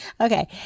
Okay